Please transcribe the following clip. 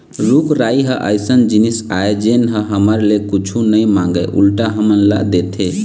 रूख राई ह अइसन जिनिस आय जेन ह हमर ले कुछु नइ मांगय उल्टा हमन ल देथे